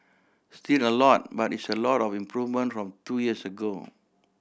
still a lot but it's a lot of improvement from two years ago